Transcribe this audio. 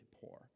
poor